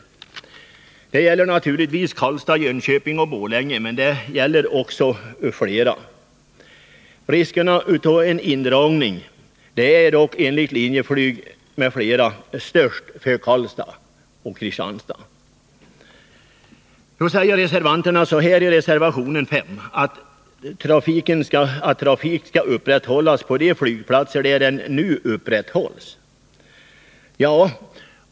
Det gäller naturligtvis Karlstad, Jönköping och Borlänge, men det gäller också flera andra flygplatser. Riskerna för en indragning är enligt Linjeflyg m.fl. dock störst för Karlstad och Kristianstad. Reservanterna säger i reservation 5 att trafiken skall upprätthållas på de flygplatser där den nu finns.